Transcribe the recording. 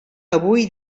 avui